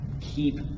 keep